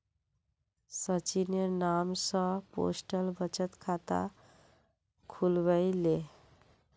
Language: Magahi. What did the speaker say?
सचिनेर नाम स पोस्टल बचत खाता खुलवइ ले